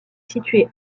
situé